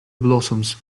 blossoms